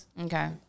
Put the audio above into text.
Okay